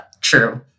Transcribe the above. true